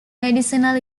medicinal